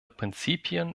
prinzipien